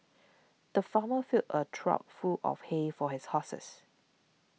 the farmer filled a trough full of hay for his horses